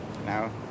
Now